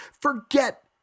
Forget